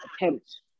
attempts